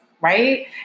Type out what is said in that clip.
Right